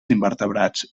invertebrats